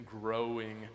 growing